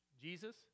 Jesus